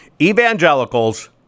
evangelicals